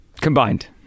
Combined